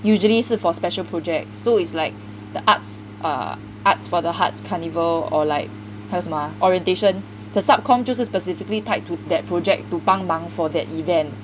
usually 是 for special project so is like the arts uh arts for the hearts carnival or like 还有什么 ah orientation the sub comm 就是 specifically tied to that project to 帮忙 for that event